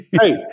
hey